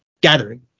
gathering